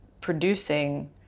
producing